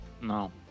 No